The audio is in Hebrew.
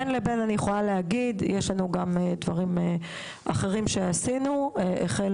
בין לבין אני יכולה להגיד שיש לנו גם דברים אחרים שעשינו החל